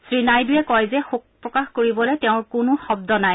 শ্ৰীনাইডুৱে কয় যে শোক প্ৰকাশ কৰিবলৈ তেওঁৰ কোনো শব্দ নাই